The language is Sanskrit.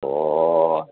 ओ